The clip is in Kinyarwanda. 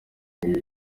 kunywa